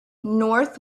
north